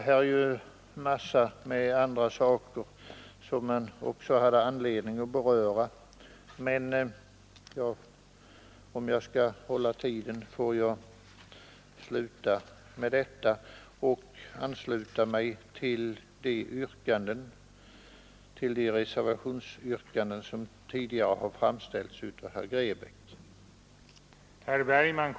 Det finns många andra saker man också skulle ha anledning att beröra, men om jag skall hålla tiden får jag sluta med detta. Jag ansluter mig till de reservationsyrkanden som tidigare har framställts av herr Grebäck.